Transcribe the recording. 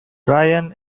ryan